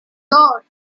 dos